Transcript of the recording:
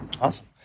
Awesome